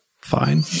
fine